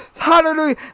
hallelujah